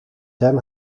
den